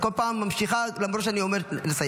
את כל פעם ממשיכה, למרות שאני אומר לסיים.